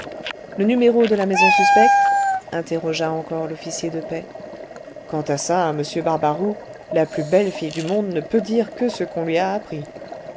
le numéro de la maison suspecte interrogea encore l'officier de paix quant à ça monsieur barbaroux la plus belle fille du monde ne peut dire que ce qu'on lui a appris